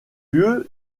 lieu